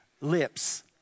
lips